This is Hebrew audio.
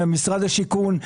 משרד השיכון,